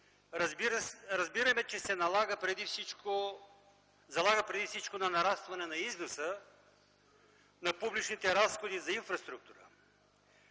разбираме, че се залага преди всичко на нарастване на износа, на публичните разходи за инфраструктура.